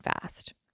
fast